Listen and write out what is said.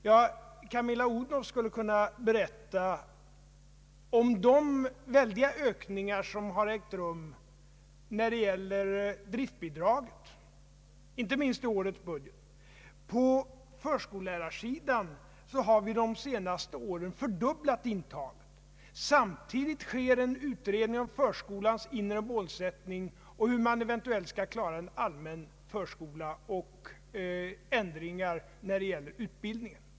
Ja, statsrådet Camilla Odhnoff skulle kunna berätta om de kraftiga ökningar som har ägt rum när det gäller driftbidraget, inte minst i årets budget. På förskollärarsidan har under de senaste åren intagningen fördubblats. Samtidigt sker en utredning om förskolans inre målsättning och om hur vi skall klara en eventuell allmän förskola och ändringar när det gäller utbildningen.